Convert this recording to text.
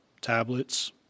tablets